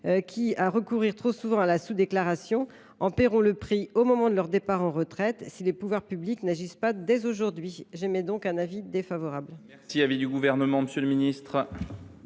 qui, à recourir trop souvent à la sous déclaration, en paieront le prix au moment de leur départ à la retraite si les pouvoirs publics n’agissent pas dès aujourd’hui. J’émets donc un avis défavorable